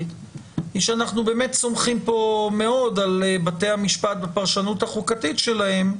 - היא שאנחנו באמת סומכים כאן מאוד על בתי המשפט בפרשנות החוקתית שלהם,